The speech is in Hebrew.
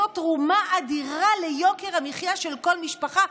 איזו תרומה אדירה ליוקר המחיה של כל משפחה,